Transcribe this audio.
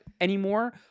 anymore